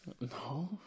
No